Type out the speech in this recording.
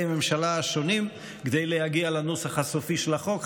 הממשלה השונים כדי להגיע לנוסח הסופי של החוק.